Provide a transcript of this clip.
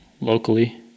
locally